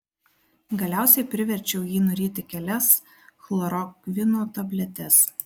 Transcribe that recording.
galiausiai priverčiau jį nuryti kelias chlorokvino tabletes